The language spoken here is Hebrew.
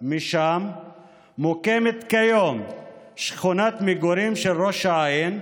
משם מוקמת כיום שכונת מגורים של ראש העין,